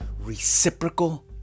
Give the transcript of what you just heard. reciprocal